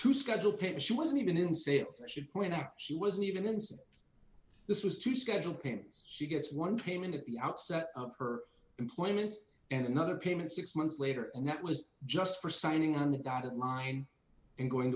to schedule can't she wasn't even in say it should point out she wasn't even going so this was to schedule can't see gets one came in at the outset of her employment and another payment six months later and that was just for signing on the dotted line and going